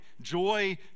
joy